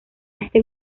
este